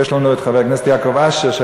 ויש לנו את חבר הכנסת יעקב אשר,